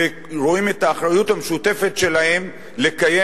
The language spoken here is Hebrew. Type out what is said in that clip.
ורואים את האחריות המשותפת שלהם לקיים